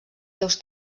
seus